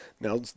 Now